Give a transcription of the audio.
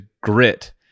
grit